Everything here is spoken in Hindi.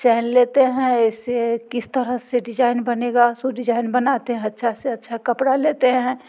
चैन लेते हैं ऐसे किस तरह से डिजाइन बनेगा सूट डिजाइन बनाते हैं अच्छा से अच्छा कपड़ा लेते हैं